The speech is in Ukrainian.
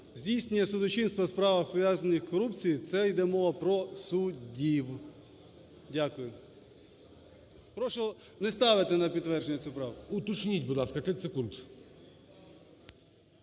Здійснення судочинства у справах, пов'язаних з корупцією – це йде мова про суддів. Дякую. Прошу не ставити підтвердження цю правку. ГОЛОВУЮЧИЙ. Уточніть, будь ласка, 30 секунд.